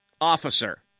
officer